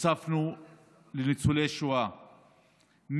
הוספנו לניצולי שואה,